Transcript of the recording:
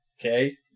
Okay